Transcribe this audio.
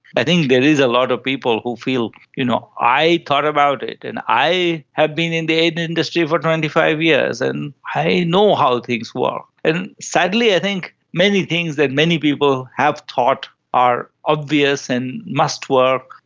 i think there is a lot of people who feel you know i thought about it and i have been in the aid industry for twenty five years and i know how things work. and sadly i think many things that many people have thought are obvious and must work,